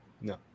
No